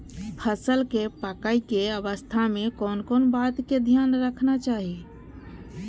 फसल के पाकैय के अवस्था में कोन कोन बात के ध्यान रखना चाही?